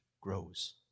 grows